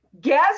Guess